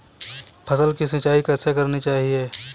फसल की सिंचाई कैसे करनी चाहिए?